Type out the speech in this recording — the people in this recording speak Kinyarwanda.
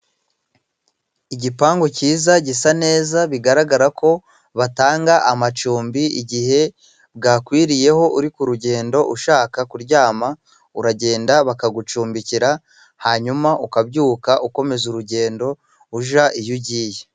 Igipangu cyiza gisa neza, bigaragara ko batanga amacumbi igihe bwakwiriyeho uri kugendo. Ushaka kuryama uragenda bakagucumbikira, hanyuma ukabyuka ukomeza urugendo ujya iyo ugiye.